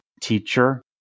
teacher